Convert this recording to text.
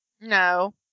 No